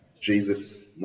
Jesus